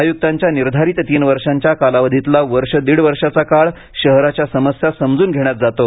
आयुक्तांच्या निर्धारित तीन वर्षांच्या कालावधीतला वर्ष दीड वर्षाचा काळ शहराच्या समस्या समजून घेण्यात जातो